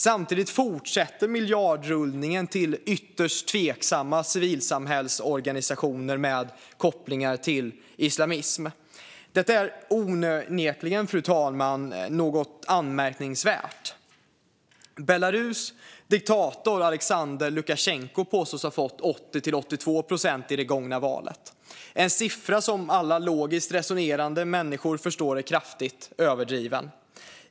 Samtidigt fortsätter miljardrullningen till ytterst tveksamma civilsamhällesorganisationer med kopplingar till islamism. Detta är onekligen, fru talman, något anmärkningsvärt. Belarus diktator Alexander Lukasjenko påstås ha fått 80-82 procent i det gångna valet. Det är en siffra som alla logiskt resonerande människor förstår är kraftigt överdriven.